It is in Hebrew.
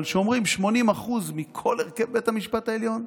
אבל כשאומרים: 80% מכל הרכב בית המשפט העליון,